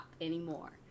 anymore